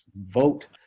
vote